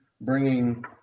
bringing